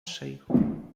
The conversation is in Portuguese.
cheio